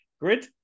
grid